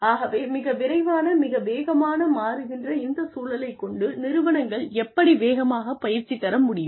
ஆகவே மிக விரைவான மிக வேகமான மாறுகின்ற இந்த சூழலைக் கொண்டு நிறுவனங்கள் எப்படி வேகமாக பயிற்சி தர முடியும்